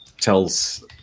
tells